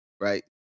right